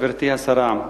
גברתי השרה,